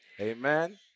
Amen